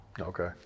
okay